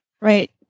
Right